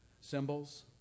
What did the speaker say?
symbols